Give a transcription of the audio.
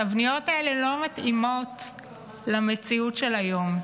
התבניות האלה לא מתאימות למציאות של היום.